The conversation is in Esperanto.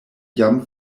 jam